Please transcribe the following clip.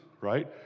right